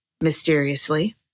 mysteriously